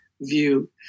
view